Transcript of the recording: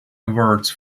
awards